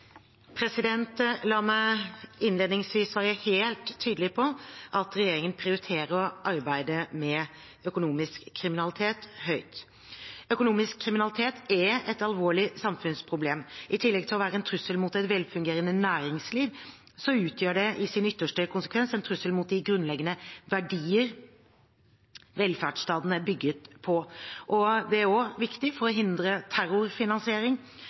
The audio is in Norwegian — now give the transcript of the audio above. et alvorlig samfunnsproblem. I tillegg til å være en trussel mot et velfungerende næringsliv utgjør det i sin ytterste konsekvens en trussel mot de grunnleggende verdiene velferdsstaten er bygd på. Det er også viktig for å hindre terrorfinansiering.